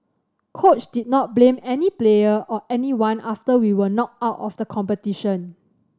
coach did not blame any player or anyone after we were knocked out of the competition